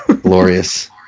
Glorious